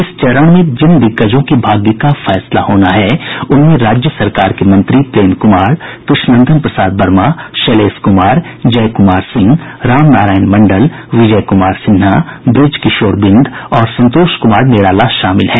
इस चरण में जिन दिग्गजों के भाग्य का फैसला होना है उनमें राज्य सरकार के मंत्री प्रेम कुमार कृष्णनंदन प्रसाद वर्मा शैलेश कुमार जय कुमार सिंह रामनारायण मंडल विजय कुमार सिन्हा बृजकिशोर बिंद और संतोष कुमार निराला शामिल हैं